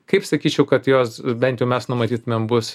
kaip sakyčiau kad jos bent jau mes numatytumėm bus